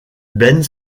ben